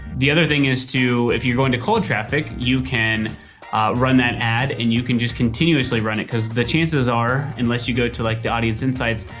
the other thing is, too, if you're going to cold traffic, you can run that ad and you can just continuously run it, because the chances are unless you go to like the audience insights,